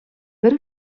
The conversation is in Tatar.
бер